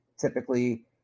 typically